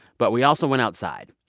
but we also went outside.